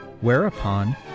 whereupon